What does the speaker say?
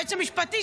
היועץ המשפטי,